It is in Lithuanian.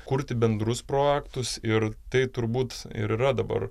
kurti bendrus projektus ir tai turbūt ir yra dabar